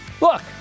Look